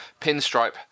pinstripe